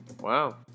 Wow